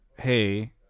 hey